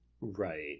Right